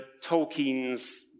Tolkien's